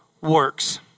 works